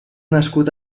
nascut